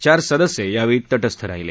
चार सदस्य यावेळी तटस्थ राहीले